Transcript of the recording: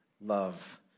love